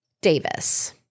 Davis